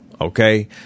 Okay